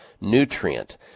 nutrient